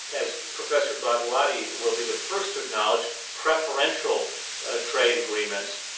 as professor bhagwati will be the first to acknowledge, preferential ah trade agreements,